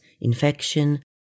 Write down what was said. infection